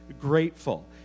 grateful